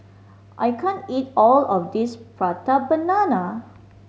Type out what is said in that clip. I can't eat all of this Prata Banana